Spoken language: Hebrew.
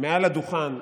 מעל הדוכן,